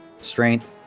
strength